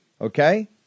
okay